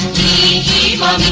the